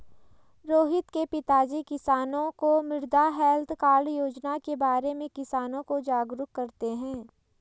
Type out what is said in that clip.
रोहित के पिताजी किसानों को मृदा हैल्थ कार्ड योजना के बारे में किसानों को जागरूक करते हैं